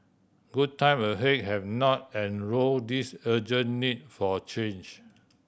good time ahead have not erodes urgent need for change